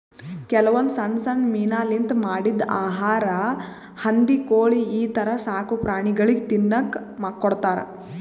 ಕೆಲವೊಂದ್ ಸಣ್ಣ್ ಸಣ್ಣ್ ಮೀನಾಲಿಂತ್ ಮಾಡಿದ್ದ್ ಆಹಾರಾ ಹಂದಿ ಕೋಳಿ ಈಥರ ಸಾಕುಪ್ರಾಣಿಗಳಿಗ್ ತಿನ್ನಕ್ಕ್ ಕೊಡ್ತಾರಾ